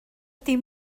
dim